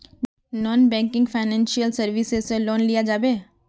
Non banking financial services से loan लिया जाबे?